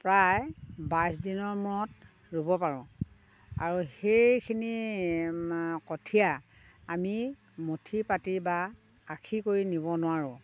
প্ৰায় বাইছ দিনৰ মূৰত ৰুব পাৰোঁ আৰু সেইখিনি কঠীয়া আমি মুঠি পাতি বা আষি কৰি নিব নোৱাৰোঁ